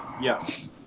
Yes